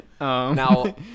Now